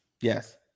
Yes